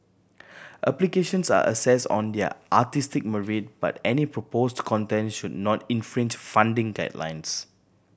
applications are assessed on their artistic merit but any proposed content should not infringe funding guidelines